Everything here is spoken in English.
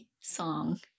song